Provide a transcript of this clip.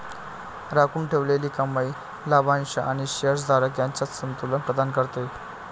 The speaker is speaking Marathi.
राखून ठेवलेली कमाई लाभांश आणि शेअर धारक यांच्यात संतुलन प्रदान करते